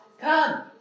come